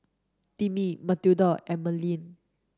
Timmie Matilda and Marlen